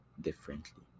differently